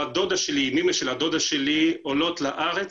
בת דודה שלי עם אימא שלה, הדודה שלה, עולות לארץ.